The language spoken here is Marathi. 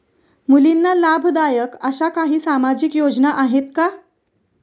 मुलींना लाभदायक अशा काही सामाजिक योजना आहेत का?